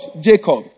Jacob